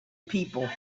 people